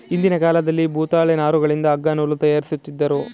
ಹಿಂದಿನ ಕಾಲದಲ್ಲಿ ಭೂತಾಳೆ ನಾರುಗಳಿಂದ ಅಗ್ಗ ನೂಲು ತಯಾರಿಸುತ್ತಿದ್ದರು